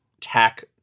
Tack